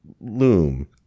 loom